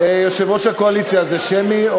יושב-ראש הקואליציה, זה שמי?